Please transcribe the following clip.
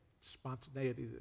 spontaneity